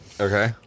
Okay